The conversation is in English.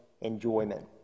enjoyment